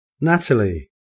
Natalie